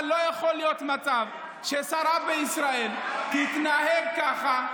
אבל לא יכול להיות מצב ששרה בישראל תתנהג ככה,